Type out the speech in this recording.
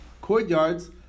courtyards